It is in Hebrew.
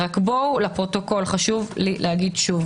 לפרוטוקול חשוב לומר שוב